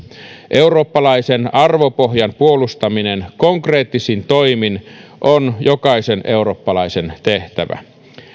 eurooppalaisen arvopohjan puolustaminen konkreettisin toimin on jokaisen eurooppalaisen tehtävä